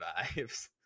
vibes